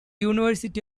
university